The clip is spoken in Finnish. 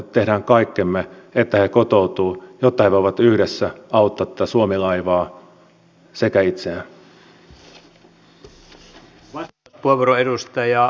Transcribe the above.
olen nimittäin alan toimijoilta kuullut että näihin kieli tai muihin koulutuksiin osallistuvat suhtautuvat erittäin leväperäisesti näihin koulutuksiin